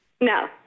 no